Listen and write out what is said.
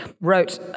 wrote